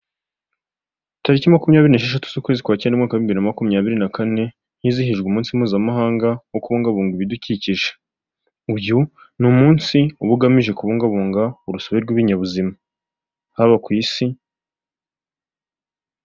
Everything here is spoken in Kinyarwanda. Tariki makumyabiri n'esheshatu z'ukwezi kwa cyenda, mu mwaka wa bibiri na makumyabiri na kane hizihijwe umunsi mpuzamahanga wo kubungabunga ibidukikije, uyu ni umunsi uba ugamije kubungabunga urusobe rw'ibinyabuzima, haba ku isi...